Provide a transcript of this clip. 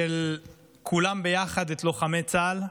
של "כולם ביחד מחזקים את לוחמי צה"ל",